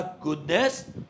goodness